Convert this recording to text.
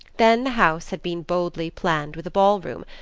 then the house had been boldly planned with a ball-room,